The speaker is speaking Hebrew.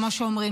כמו שאומרים.